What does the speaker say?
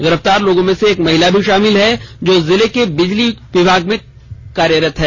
गिरफ्तार लोगों में एक महिला भी शामिल हैं जो जिले के बिजली कार्यालय में कार्यरत है